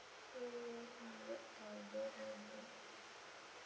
okay hundred thousand